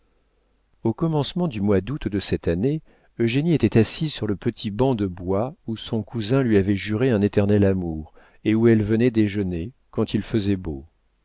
au commencement du mois d'août de cette année eugénie était assise sur le petit banc de bois où son cousin lui avait juré un éternel amour et où elle venait déjeuner quand il faisait beau